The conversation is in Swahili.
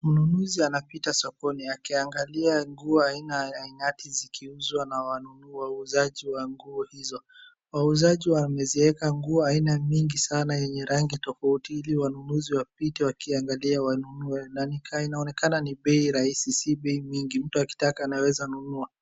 Mnunuzi anapita sokoni akiangalia nguo aina ya aina yake zikiuzwa na wanunu, wauzaji wa nguo hizo. Wauzaji wameziweka nguo aina mingi sana yenye rangi tofauti ili wanunuzi wapite wakiangalia wanunue. Na ni ka inaonekana ni bei rahisi, si bei mingi, mtu akitaka anaweza nunua.